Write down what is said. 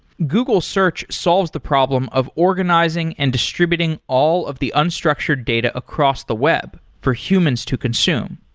google search solves the problem of organizing and distributing all of the unstructured data across the web for humans to consume.